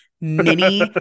mini